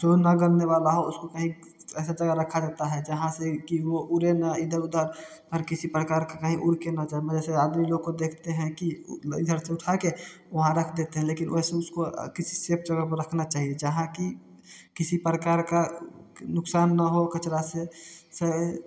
जो न गलने वाला हो उसको कहीं ऐसे जगह रखा रहता है जहाँ से वो उड़े ना इधर उधर और किसी प्रकार कहीं का उड़के ना जाए आदमी लोग को देखते हैं कि इधर उसे उठाके वहाँ रख देते हैं वैसे उसको किसी सेफ जगह रखना चाहिए जहाँ कि किसी प्रकार का नुकसान ना हो कचरा से